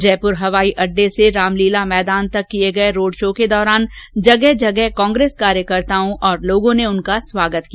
जयपुर हवाई अडडे से रामलीला मैदान तक किए गए रोड शो के दौरान जगह जगह कांग्रेस कार्यकर्ताओं और लोगों ने उनका स्वागत किया